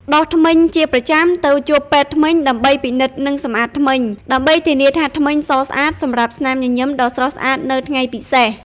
ដុសធ្មេញជាប្រចាំ ទៅជួបពេទ្យធ្មេញដើម្បីពិនិត្យ និងសម្អាតធ្មេញ ដើម្បីធានាថាធ្មេញសស្អាតសម្រាប់ស្នាមញញឹមដ៏ស្រស់ស្អាតនៅថ្ងៃពិសេស ។